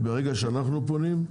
ברגע שאנחנו פונים,